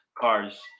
cars